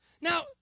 Now